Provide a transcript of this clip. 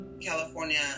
California